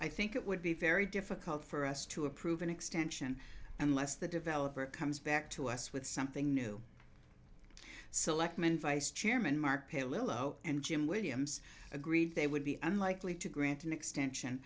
i think it would be very difficult for us to approve an extension unless the developer comes back to us with something new selectman vice chairman mark a little low and jim williams agreed they would be unlikely to grant an extension